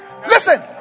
Listen